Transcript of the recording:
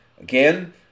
Again